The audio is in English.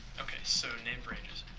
okay so named ranges,